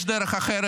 יש דרך אחרת.